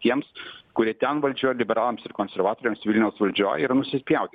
tiems kurie ten valdžioj ir liberalams ir konservatoriams vilniaus valdžioj yra nusispjaut